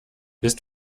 willst